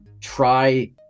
try